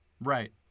Right